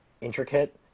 intricate